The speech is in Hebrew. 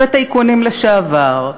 וטייקונים לשעבר,